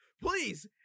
please